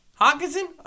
Hawkinson